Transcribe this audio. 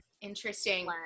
Interesting